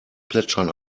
plätschern